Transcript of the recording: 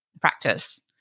practice